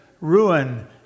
ruin